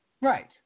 Right